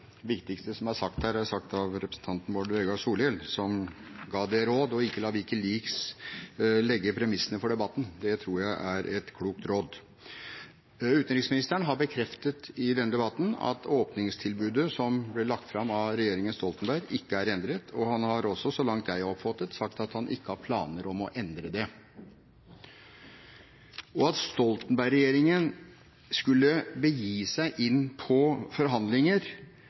tror jeg er et klokt råd. Utenriksministeren har bekreftet i denne debatten at åpningstilbudet som ble lagt fram av regjeringen Stoltenberg, ikke er endret, og han har også, så langt jeg har oppfattet, sagt at han ikke har planer om å endre det. At Stoltenberg-regjeringen skulle begi seg inn på forhandlinger